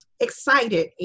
Excited